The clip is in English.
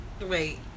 Wait